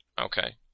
Okay